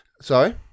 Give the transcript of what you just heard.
Sorry